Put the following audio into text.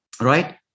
right